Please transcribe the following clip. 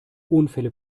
unfälle